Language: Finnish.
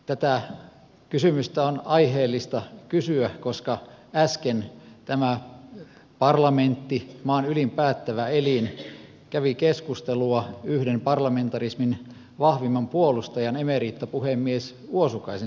tätä kysymystä on aiheellista kysyä koska äsken tämä parlamentti maan ylin päättävä elin kävi keskustelua yhden parlamentarismin vahvimman puolustajan emeritapuhemies uosukaisen silmien alla